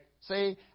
See